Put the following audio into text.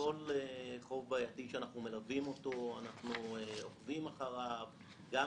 אחרי כל חוב בעייתי שאנחנו מלווים אנחנו עוקבים מבחינה משפטית,